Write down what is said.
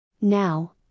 Now